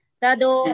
tado